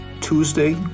Tuesday